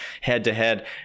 head-to-head